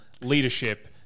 leadership